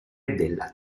della